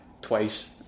twice